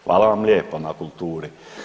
Hvala vam lijepo na kulturi.